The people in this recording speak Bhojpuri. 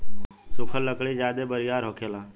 सुखल लकड़ी ज्यादे बरियार होखेला